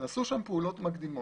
נעשו שם פעולות מקדימות.